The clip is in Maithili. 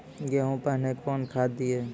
गेहूँ पहने कौन खाद दिए?